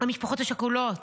המשפחות השכולות,